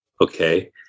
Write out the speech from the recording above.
okay